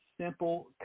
simple